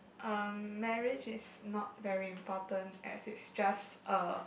um marriage is not very important as it's just a